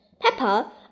Peppa